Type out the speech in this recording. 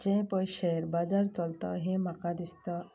जें पळय शेयर बजार चलता तें म्हाका दिसता